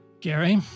gary